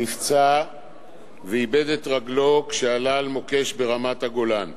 נפצע ואיבד את רגלו כשעלה על מוקש ברמת-הגולן.